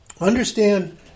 understand